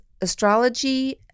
astrology